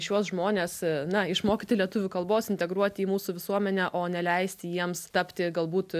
šiuos žmones na išmokyti lietuvių kalbos integruoti į mūsų visuomenę o neleisti jiems tapti galbūt